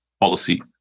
policy